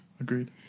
Agreed